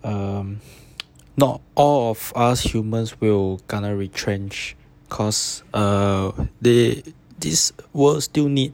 ah not all of us humans will kena retrench cause uh they these works still need